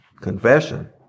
confession